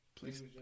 Please